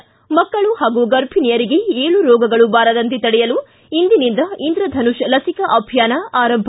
ಿ ಮಕ್ಕಳು ಹಾಗೂ ಗರ್ಭಣಿಯರಿಗೆ ಏಳು ರೋಗಗಳು ಬಾರದಂತೆ ತಡೆಯಲು ಇಂದಿನಿಂದ ಇಂದ್ರಧನುಷ್ ಲಸಿಕೆ ಅಭಿಯಾನ ಆರಂಭ